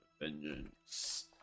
vengeance